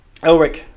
Elric